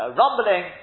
rumbling